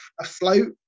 afloat